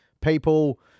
people